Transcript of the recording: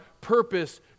purpose